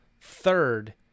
third